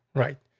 right?